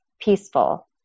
peaceful